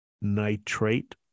nitrate